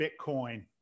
Bitcoin